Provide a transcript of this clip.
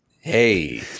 Hey